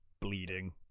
bleeding